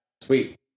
Sweet